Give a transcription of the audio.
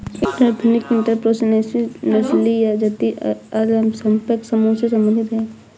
ethnic entrepreneurship नस्लीय या जातीय अल्पसंख्यक समूहों से संबंधित हैं